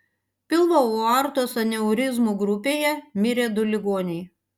pilvo aortos aneurizmų grupėje mirė du ligoniai